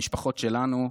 המשפחות שלנו,